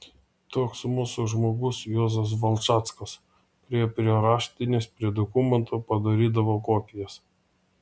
toks mūsų žmogus juozas valčackas priėjo prie raštinės prie dokumentų padarydavo kopijas